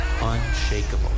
unshakable